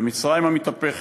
במצרים המתהפכת,